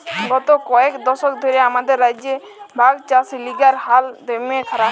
গত কয়েক দশক ধ্যরে আমাদের রাজ্যে ভাগচাষীগিলার হাল দম্যে খারাপ